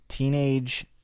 Teenage